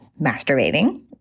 masturbating